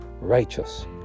righteous